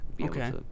okay